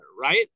right